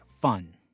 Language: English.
fun